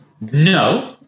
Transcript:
No